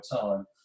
time